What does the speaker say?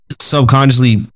subconsciously